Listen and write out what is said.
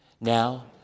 Now